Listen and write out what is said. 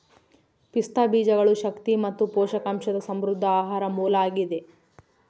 ಪಿಸ್ತಾ ಬೀಜಗಳು ಶಕ್ತಿ ಮತ್ತು ಪೋಷಕಾಂಶದ ಸಮೃದ್ಧ ಆಹಾರ ಮೂಲ ಆಗಿದೆ